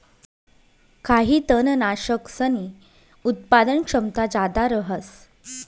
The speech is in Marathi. काही तननाशकसनी उत्पादन क्षमता जादा रहास